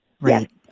Right